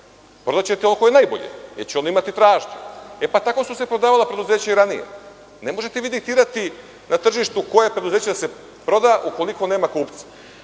Prodaćete ono koje je najbolje jer će ono imati tražnju. Tako su se prodavala preduzeća i ranije. Ne možete vi diktirati na tržištu koje preduzeće da se proda ukoliko nema kupca.